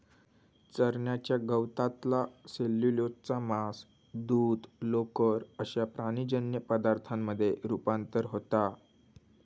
चरण्याच्या गवतातला सेल्युलोजचा मांस, दूध, लोकर अश्या प्राणीजन्य पदार्थांमध्ये रुपांतर होता